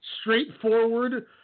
straightforward